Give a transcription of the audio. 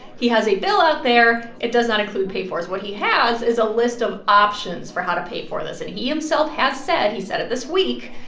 he has a bill out there. it does not include pay-fors. what he has is a list of options for how to pay for this, and he himself has said he said it this week.